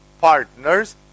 partners